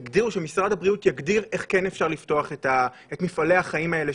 שמשרד הבריאות יגדיר איך כן אפשר לפתוח את מפעלי החיים האלו.